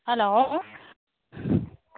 hello